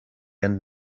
and